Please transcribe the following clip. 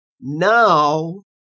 Now